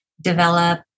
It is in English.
develop